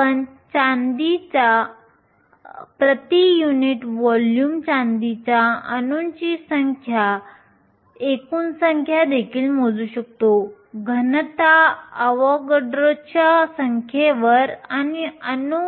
आम्ही चांदीच्या प्रति युनिट व्हॉल्यूम चांदीच्या अणूंची एकूण संख्या देखील मोजू शकतो घनता अवोगाड्रोच्या संख्येवर Avogadro's number आणि अणू